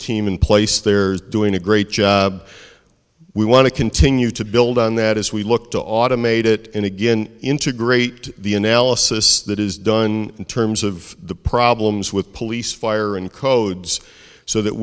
team in place they're doing a great job we want to continue to build on that as we look to automate it and again integrate the analysis that is done in terms of the problems with police fire and codes so that